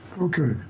Okay